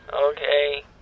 okay